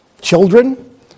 children